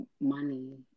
money